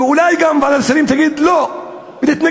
ואולי ועדת השרים תגיד לא ותתנגד.